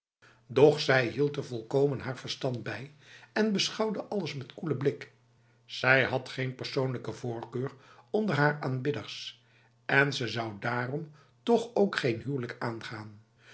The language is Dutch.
zij hield er volkomen haar verstand bij en beschouwde alles met koele blik zij had geen persoonlijke voorkeur onder haar aanbidders en ze zou daarom toch ook geen huwelijk aangaan